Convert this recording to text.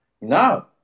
No